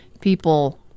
people